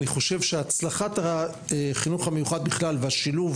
אני חושב שהצלחת החינוך המיוחד בכלל והשילוב